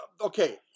okay